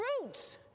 roots